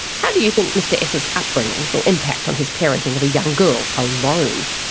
how do you think mr essa's upbringing will impact on his parenting of a young girl? alone?